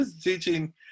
teaching